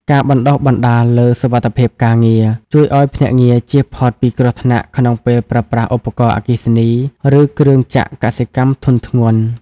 ការបណ្ដុះបណ្ដាលលើ "សុវត្ថិភាពការងារ" ជួយឱ្យភ្នាក់ងារជៀសផុតពីគ្រោះថ្នាក់ក្នុងពេលប្រើប្រាស់ឧបករណ៍អគ្គិសនី ឬគ្រឿងចក្រកសិកម្មធុនធ្ងន់។